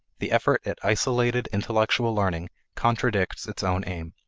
the effort at isolated intellectual learning contradicts its own aim.